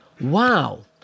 Wow